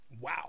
Wow